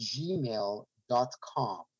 gmail.com